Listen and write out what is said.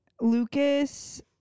Lucas